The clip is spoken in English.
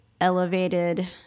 elevated